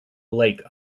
lake